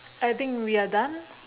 I think we are done